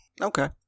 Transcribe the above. okay